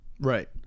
Right